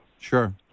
Sure